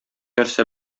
нәрсә